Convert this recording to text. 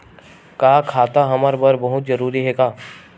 का खाता हमर बर बहुत जरूरी हे का?